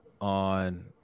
on